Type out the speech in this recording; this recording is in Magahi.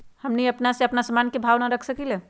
हमनी अपना से अपना सामन के भाव न रख सकींले?